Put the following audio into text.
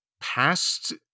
past